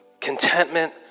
contentment